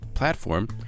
platform